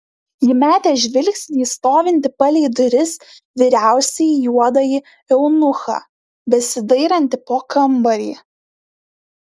ji metė žvilgsnį į stovintį palei duris vyriausiąjį juodąjį eunuchą besidairantį po kambarį